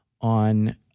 on